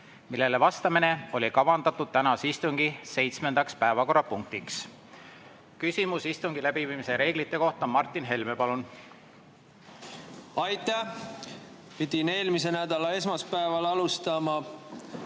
millele vastamine oli kavandatud tänase istungi seitsmendaks päevakorrapunktiks. Küsimus istungi läbiviimise reeglite kohta, Martin Helme, palun! Aitäh! Pidin eelmise nädala esmaspäeval alustama